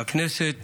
הכנסת